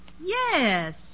Yes